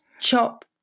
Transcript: Chop